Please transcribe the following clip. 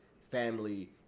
family